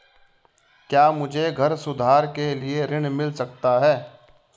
क्या मुझे घर सुधार के लिए ऋण मिल सकता है?